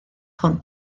hwn